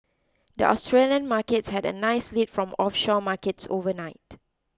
the Australian Markets had a nice lead from offshore markets overnight